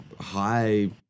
high